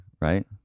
right